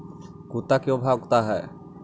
कुत्ता क्यों भौंकता है?